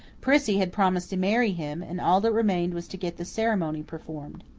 prissy had promised to marry him, and all that remained was to get the ceremony performed.